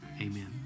amen